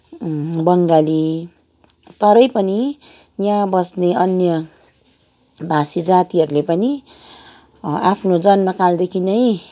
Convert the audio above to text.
बङ्गाली तरै पनि यहाँ बस्ने अन्य भाषी जातिहरूले पनि आफ्नो जन्मकालदेखि नै